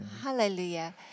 Hallelujah